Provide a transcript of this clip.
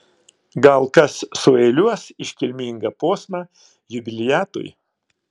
gal kas sueiliuos iškilmingą posmą jubiliatui